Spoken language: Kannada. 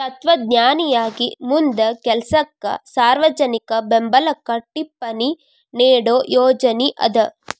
ತತ್ವಜ್ಞಾನಿಯಾಗಿ ಮುಂದ ಕೆಲಸಕ್ಕ ಸಾರ್ವಜನಿಕ ಬೆಂಬ್ಲಕ್ಕ ಟಿಪ್ಪಣಿ ನೇಡೋ ಯೋಜನಿ ಅದ